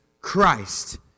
Christ